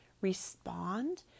respond